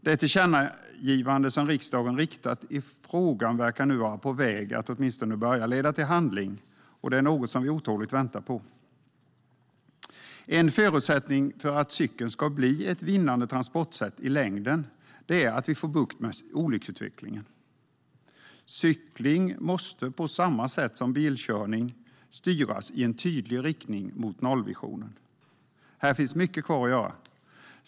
Det tillkännagivande som riksdagen riktat i frågan verkar nu vara på väg att åtminstone börja leda till handling, och det är något som vi otåligt väntar på. En förutsättning för att cykeln ska bli ett vinnande transportsätt i längden är att vi får bukt med olycksutvecklingen. Cykling måste på samma sätt som bilkörning styras i en tydlig riktning mot nollvisionen. Här finns mycket kvar att göra.